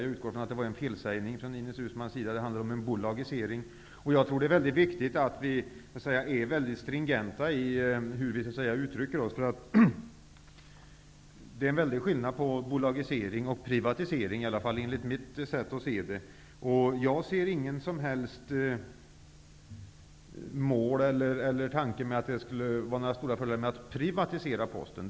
Jag utgår från att det var en felsägning av Ines Uusmann. Det handlar om en bolagisering. Jag tror att det är mycket viktigt att vi är mycket stringenta i hur vi uttrycker oss. Det är en väldig skillnad på bolagisering och privatisering, i alla fall enligt mitt sätt att se det. Jag ser inga som helst fördelar med att privatisera Posten.